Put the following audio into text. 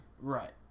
Right